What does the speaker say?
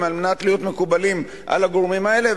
על מנת להיות מקובלים על הגורמים האלה,